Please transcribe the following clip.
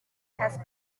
has